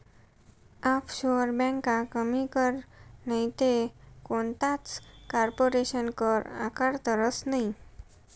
offshore ब्यांका कमी कर नैते कोणताच कारपोरेशन कर आकारतंस नयी